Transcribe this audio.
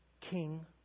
king